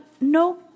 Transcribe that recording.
no